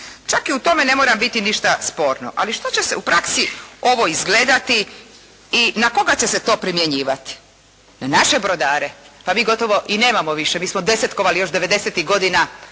Čak i u tome ne mora biti ništa sporno. Ali što će se u praksi ovo izgledati i na koga će se to primjenjivati. Na naše brodare? Pa mi gotovo i nemamo više. Mi smo desetkovali još devedesetih